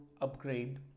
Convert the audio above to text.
upgrade